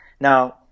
Now